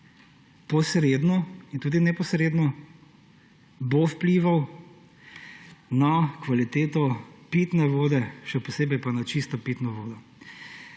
posredno, in tudi neposredno, bo vplival na kvaliteto pitne vode, še posebej pa na čisto pitno vodo.